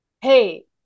Hey